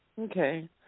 Okay